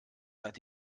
seit